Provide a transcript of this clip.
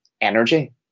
energy